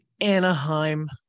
Anaheim